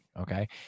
okay